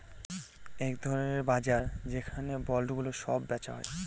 এক ধরনের বাজার যেখানে বন্ডগুলো সব বেচা হয়